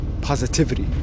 positivity